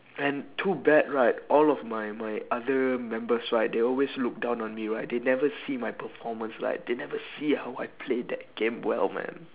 and too bad right all of my my other members right they always look down on me right they never see my performance right they never see how I play that game well man